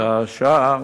והשאר,